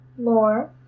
more